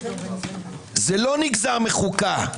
זה לא נגזר מחוקה.